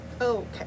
okay